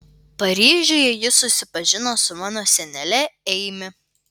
paryžiuje jis susipažino su mano senele eimi